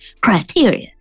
criteria